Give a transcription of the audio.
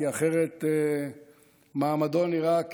כי אחרת מעמדו נראה,